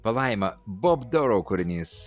palaima bob dorou kūrinys